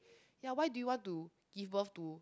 ya why do you want to give birth to